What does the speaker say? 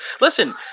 listen